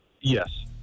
Yes